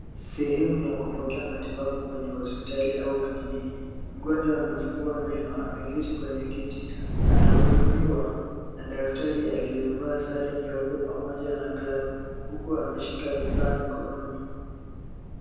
Sehemu ya kupokea matibabu kwenye hospitali au kliniki. Mgonjwa anafungua meno ameketi kwenye kiti. Anahudumiwa na daktari aliyevaa sare nyeupe pamoja na glavu huku ameshika vifaa mikononi.